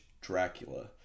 Dracula